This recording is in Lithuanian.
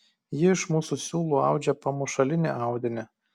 ji iš mūsų siūlų audžia pamušalinį audinį